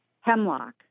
hemlock